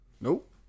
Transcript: nope